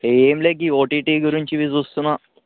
ఏమి లేదు ఈ ఓటీటీ గురించి ఇవి చూస్తున్న